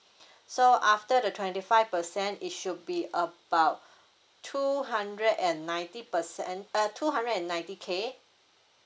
so after the twenty five percent it should be about two hundred and ninety percent uh two hundred and ninety K